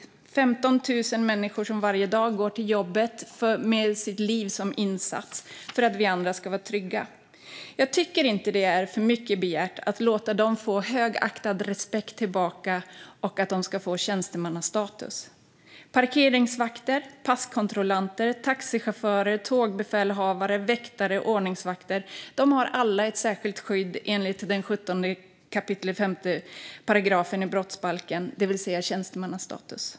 Detta är 15 000 människor som varje dag går till jobbet med sitt liv som insats för att vi andra ska vara trygga. Jag tycker inte att det är för mycket begärt att de får högaktning och respekt tillbaka och att de får tjänstemannastatus. Parkeringsvakter, passkontrollanter, taxichaufförer, tågbefälhavare, väktare och ordningsvakter har alla ett särskilt skydd enligt 17 kap. 5 § brottsbalken, det vill säga tjänstemannastatus.